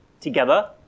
together